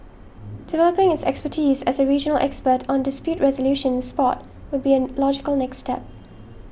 developing its expertise as a regional expert on dispute resolution in sport would be an logical next step